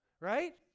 right